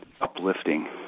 uplifting